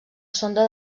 sonda